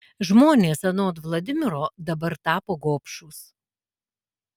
žmonės anot vladimiro dabar tapo gobšūs